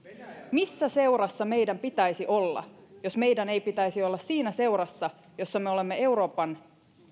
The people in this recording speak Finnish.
missä seurassa meidän pitäisi olla jos meidän ei pitäisi olla siinä seurassa jossa me olemme euroopan